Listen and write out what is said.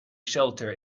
shelter